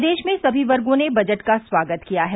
प्रदेश में सभी वर्गो ने बजट का स्वागत किया है